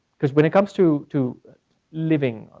cuz when it comes to to living,